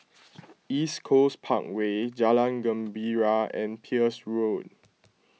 East Coast Parkway Jalan Gembira and Peirce Road